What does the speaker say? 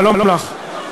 שלום לך,